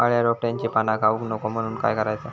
अळ्या रोपट्यांची पाना खाऊक नको म्हणून काय करायचा?